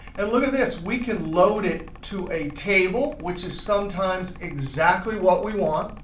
and look at this. we can load it to a table, which is sometimes exactly what we want,